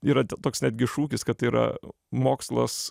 yra toks netgi šūkis kad yra mokslas